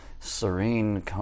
Serene